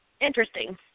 interesting